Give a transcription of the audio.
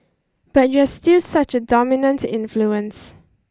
but you're still such a dominant influence